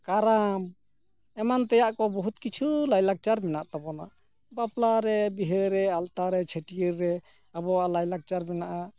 ᱠᱟᱨᱟᱢ ᱮᱢᱟᱱ ᱛᱮᱭᱟᱜ ᱠᱚ ᱵᱚᱦᱩᱛ ᱠᱤᱪᱷᱩ ᱞᱟᱭᱞᱟᱠᱪᱟᱨ ᱢᱮᱱᱟᱜ ᱛᱟᱵᱚᱱᱟ ᱵᱟᱯᱞᱟᱨᱮ ᱵᱤᱦᱟᱹᱨᱮ ᱟᱞᱛᱟᱨᱮ ᱪᱷᱟᱹᱴᱭᱟᱹᱨ ᱨᱮ ᱟᱵᱚᱣᱟᱜ ᱞᱟᱭᱞᱟᱠᱪᱟᱨ ᱢᱮᱱᱟᱜᱼᱟ